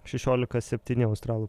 šešiolika septyni australų